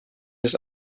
his